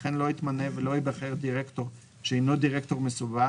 וכן לא יתמנה ולא ייבחר דירקטור שאינו דירקטור מסווג